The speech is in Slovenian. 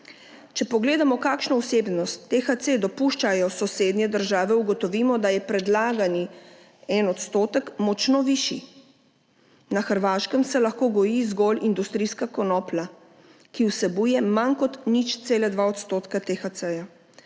Če pogledamo, kakšno vsebnost THC dopuščajo sosednje države, ugotovimo, da je predlagani 1 % močno višji. Na Hrvaškem se lahko goji zgolj industrijska konoplja, ki vsebuje manj kot 0,2 % THC, v Avstriji manj